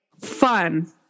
fun